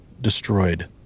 destroyed